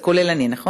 11, כולל אותי, נכון?